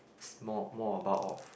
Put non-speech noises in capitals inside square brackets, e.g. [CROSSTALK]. [NOISE] more more about of